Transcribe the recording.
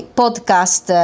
podcast